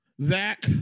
Zach